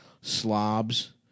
slobs